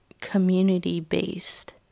community-based